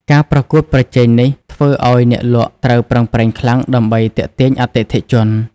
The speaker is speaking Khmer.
ការប្រកួតប្រជែងនេះធ្វើឱ្យអ្នកលក់ត្រូវប្រឹងប្រែងខ្លាំងដើម្បីទាក់ទាញអតិថិជន។